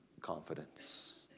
Confidence